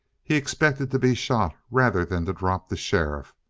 he expected to be shot rather than to drop the sheriff.